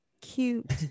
cute